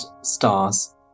stars